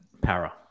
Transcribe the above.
Para